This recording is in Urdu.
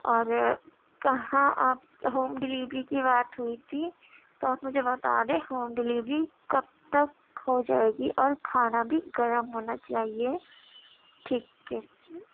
اور کہاں آپ ہوم ڈلیوری کی بات ہوئی تھی تو آپ مجھے بتا دیں ہوم ڈلیوری کب تک ہو جائے گی اور کھانا بھی گرم ہونا چاہیے ٹھیک ہے